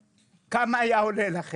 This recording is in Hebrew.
כמה היה עולה אם